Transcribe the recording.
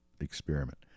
experiment